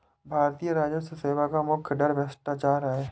भारतीय राजस्व सेवा का मुख्य डर भ्रष्टाचार है